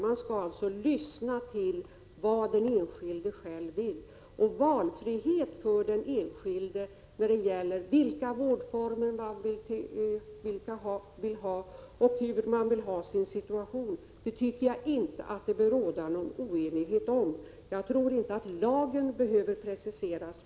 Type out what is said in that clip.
Man skall alltså lyssna till vad den enskilde själv vill, och valfriheten gäller vilken vårdform man vill ha och hur man vill ha sin situation. Jag tycker inte att det bör råda någon oenighet om detta. Jag tror inte att lagen behöver preciseras.